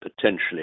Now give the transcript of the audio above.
potentially